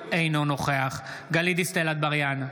אינו נוכח גלית דיסטל אטבריאן,